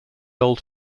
old